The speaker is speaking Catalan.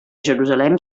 jerusalem